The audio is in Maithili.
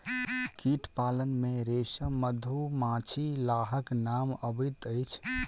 कीट पालन मे रेशम, मधुमाछी, लाहक नाम अबैत अछि